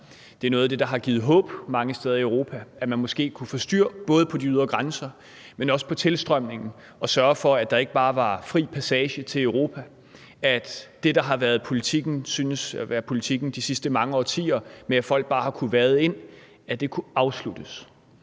Rwanda. Noget af det, der har givet håb mange steder i Europa, er, at man måske kunne få styr både på de ydre grænser, men også på tilstrømningen, og sørge for, at der ikke bare var fri passage til Europa; at det, der synes at have været politikken de sidste mange årtier, med, at folk bare kunne vade ind, kunne afsluttes.